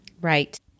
Right